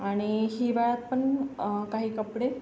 आणि हिवाळ्यात पण काही कपडे